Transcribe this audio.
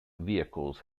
vehicles